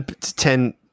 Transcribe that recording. Ten